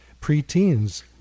preteens